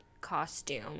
costume